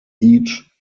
each